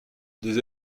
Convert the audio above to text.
des